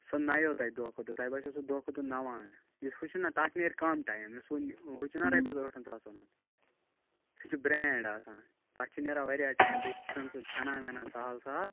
سُہ نَیوٕ تۄہہِ دۄہ کھۄتہٕ دۄہ تۄہہِ باسوٕ سُہ دۄہ کھوتہٕ دۄہ نَوان یُس ہُو چھُ نا تتھ نیرِ کَم ٹایِم یُس وۄنۍ ہُو چھُ نا رۄپیس ٲٹھن ساسن ہنٛد سُہ چھُ برٛینٛڈ آسان تتھ چھُ نیران واریاہ ٹایِم بیٚیہِ چھُنہٕ سُہ ژھیٚنان ویٚنان سہل سہل